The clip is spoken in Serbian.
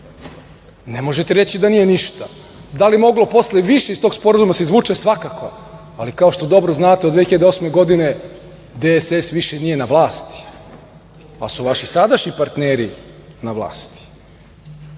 Ne možete reći da nije ništa. Da li je moglo posle više iz tog sporazuma da se izvuče? Svakako, ali kao što dobro znate, od 2008. godine DSS više nije na vlasti, ali su vaši sadašnji partneri na vlasti. Što